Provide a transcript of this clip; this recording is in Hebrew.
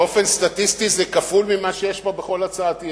באופן סטטיסטי זה כפול ממה שיש פה בכל הצעת אי-אמון.